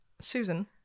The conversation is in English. Susan